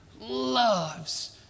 loves